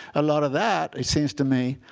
a lot of that, it seems to me,